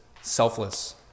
selfless